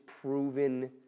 proven